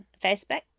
Facebook